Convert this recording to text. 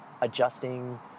adjusting